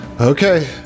Okay